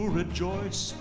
rejoice